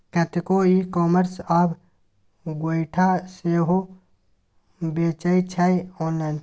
कतेको e commerce आब गोयठा सेहो बेचै छै आँनलाइन